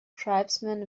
tribesmen